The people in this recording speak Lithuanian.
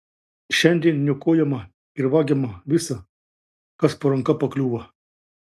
šiandien niokojama ir vagiama visa kas po ranka pakliūva